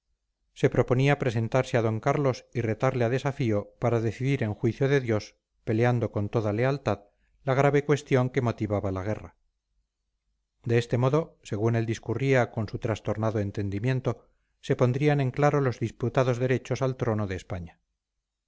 se proponía presentarse a don carlos y retarle a desafío para decidir en juicio de dios peleando con toda lealtad la grave cuestión que motivaba la guerra de este modo según él discurría con su trastornado entendimiento se pondrían en claro los disputados derechos al trono de españa